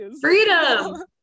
Freedom